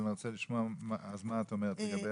אבל אני רוצה לשמוע מה את אומרת לגבי